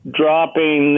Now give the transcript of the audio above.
dropping